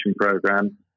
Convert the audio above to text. program